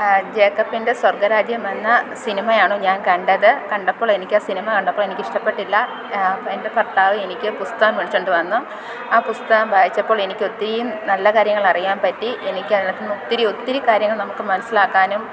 ജേക്കബിൻ്റെ സ്വർഗ്ഗരാജ്യമെന്ന സിനിമയാണ് ഞാൻ കണ്ടത് കണ്ടപ്പോൾ എനിക്കാ സിനിമ കണ്ടപ്പോൾ എനിക്ക് ഇഷ്ടപ്പെട്ടില്ല എൻ്റെ ഭർത്താവ് എനിക്ക് പുസ്തകം മേടിച്ചോണ്ട് വന്നു ആ പുസ്തകം വായിച്ചപ്പോൾ എനിക്കൊത്തിരിം നല്ല കാര്യങ്ങളറിയാൻ പറ്റി എനിക്ക് അതിനകത്തുന്നു ഒത്തിരി ഒത്തിരി കാര്യങ്ങൾ നമുക്ക് മനസ്സിലാക്കാനും